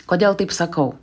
kodėl taip sakau